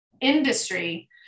industry